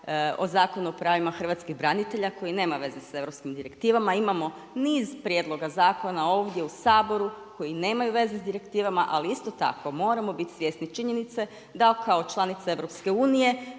o Zakonu o pravima hrvatskih branitelja koji nema veze sa europskim direktivama, imamo niz prijedlog zakona ovdje u Saboru koji nemaju veze s direktivama, ali isto tako moramo biti svjesni činjenice da kao članica EU moramo isto